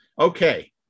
Okay